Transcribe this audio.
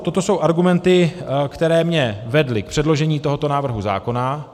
Toto jsou argumenty, které mě vedly k předložení tohoto návrhu zákona.